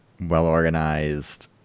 well-organized